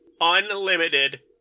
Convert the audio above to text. unlimited